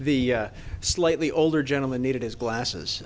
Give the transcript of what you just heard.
the slightly older gentleman needed his glasses